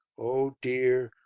oh dear!